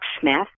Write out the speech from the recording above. Smith